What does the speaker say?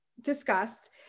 discussed